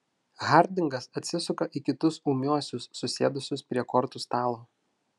hardingas atsisuka į kitus ūmiuosius susėdusius prie kortų stalo